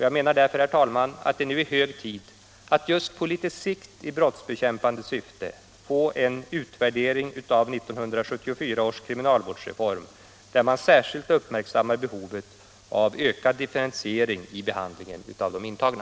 Jag menar därför, herr talman, att det nu är hög tid att i brottsbekämpande syfte just på litet sikt få en utvärdering av 1974 års kriminalvårdsreform, där man särskilt uppmärksammar behovet av ökad differentiering i behandlingen av de intagna.